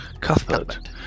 Cuthbert